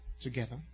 together